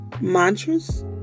mantras